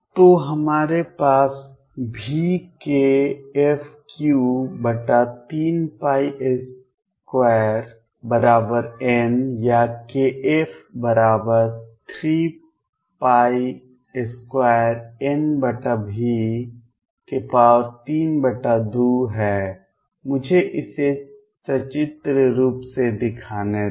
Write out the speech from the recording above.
तो हमारे पास vkf332N या kF32NV32 है मुझे इसे सचित्र रूप से दिखाने दें